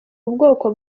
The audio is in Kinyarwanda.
ubwoko